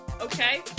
Okay